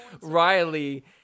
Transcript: Riley